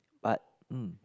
but mm